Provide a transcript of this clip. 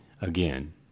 again